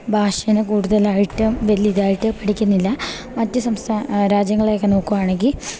ഭാഷേനെ കൂട്തലായ്ട്ടും വല്ല്യായിതായ്ട്ട് പഠിക്കിന്നില്ല മറ്റ് സംസ്ഥ രാജ്യങ്ങളെയൊക്കെ നോക്ക്വാണെങ്കി